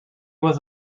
was